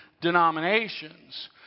denominations